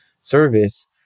service